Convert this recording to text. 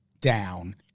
down